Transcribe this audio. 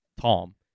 Tom